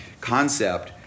concept